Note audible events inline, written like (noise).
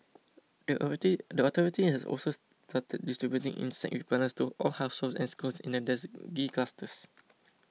(unintelligible) the authority has also started distributing insect repellents to all households and schools in the dengue clusters